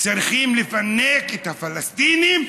צריך לפנק את הפלסטינים,